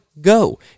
go